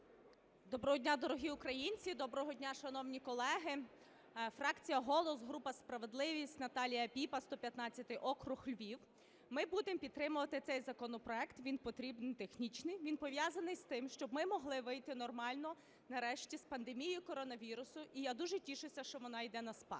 Доброго дня, дорогі українці! Доброго дня, шановні колеги! Фракція "Голос", група "Справедливість", Наталія Піпа, 115 округ, Львів. Ми будемо підтримувати цей законопроект, він потрібний, технічний. Він пов'язаний з тим, щоб ми могли вийти нормально нарешті з пандемії коронавірусу. І я дуже тішуся, що вона йде на спад.